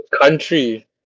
Country